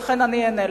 ולכן אני אענה לך.